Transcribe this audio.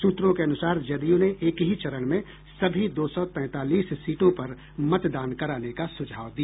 सूत्रों के अनुसार जदयू ने एक ही चरण में सभी दो सौ तैंतालीस सीटों पर मतदान कराने का सुझाव दिया